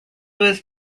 was